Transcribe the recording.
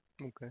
Okay